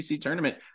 tournament